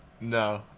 No